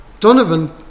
Donovan